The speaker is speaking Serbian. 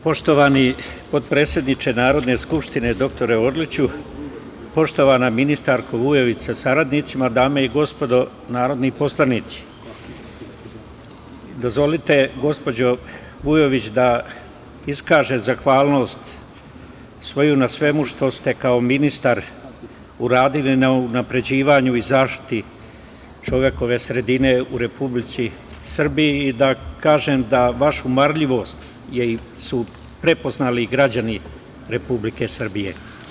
Poštovani potpredsedniče Narodne skupštine dr Orliću, poštovana ministarko Vujović sa saradnicima, dame i gospodo narodni poslanici, dozvolite gospođo Vujović da iskažem zahvalnost na svemu što ste kao ministar uradili na unapređenju i na zaštiti čovekove sredini u Republici Srbiji i da kažem da vašu marljivost su prepoznali građani Republike Srbije.